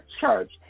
church